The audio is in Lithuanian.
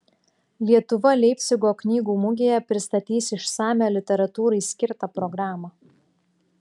lietuva leipcigo knygų mugėje pristatys išsamią literatūrai skirtą programą